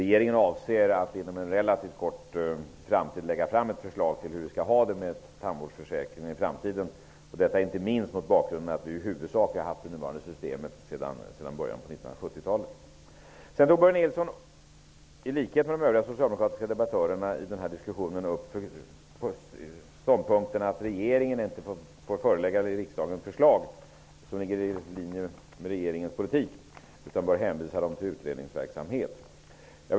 Regeringen avser att inom en relativt kort framtid lägga fram ett förslag till hur det skall bli med tandvårdsförsäkringen i framtiden -- detta inte minst mot bakgrund av att det nuvarande systemet i huvudsak har funnits sedan början av 1970-talet. Sedan tog Börje Nilsson -- i likhet med övriga socialdemokratiska debattörer i denna diskussion -- upp ståndpunkten att regeringen inte får förelägga riksdagen ett förslag som ligger i linje med regeringens politik utan bör hänvisa till utredningsverksamheten.